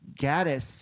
Gaddis